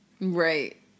Right